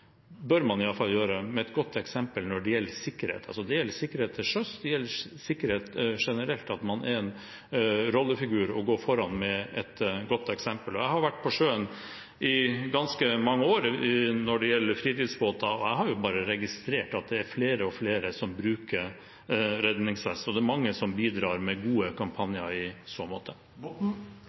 bør man i alle fall gjøre – med et godt eksempel når det gjelder sikkerhet. Det gjelder sikkerhet til sjøs, og det gjelder sikkerhet generelt – at man er en rollefigur og går foran med et godt eksempel. Jeg har vært på sjøen i ganske mange år, i fritidsbåt, og jeg har registrert at det er flere og flere som bruker redningsvest. Så det er mange som bidrar med gode kampanjer i så